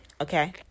Okay